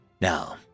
Now